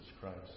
Christ